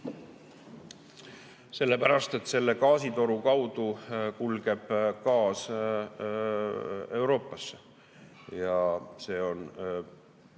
Sellepärast, et selle gaasitoru kaudu kulgeb gaas Euroopasse,